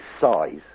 size